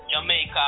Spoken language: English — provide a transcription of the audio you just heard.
Jamaica